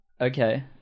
Okay